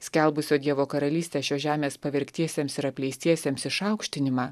skelbusio dievo karalystę šios žemės pavergtiesiems ir apleistiesiems išaukštinimą